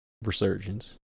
resurgence